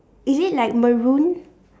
is it like maroon